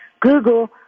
Google